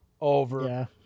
over